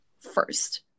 first